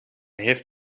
heeft